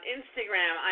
Instagram